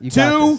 two